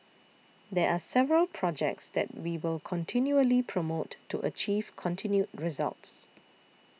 there are several projects that we will continually promote to achieve continued results